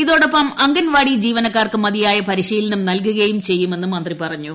ഇതോ ടൊപ്പം അംഗൻവാടി ജീവനക്കാർക്ക് മതിയായ പരിശീലനം നൽകുകയും ചെയ്യുമെന്ന് മന്ത്രി പറഞ്ഞു